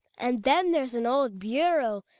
and then there's an old bureau,